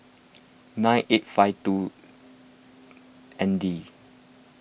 nine eight five two N D